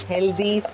Healthy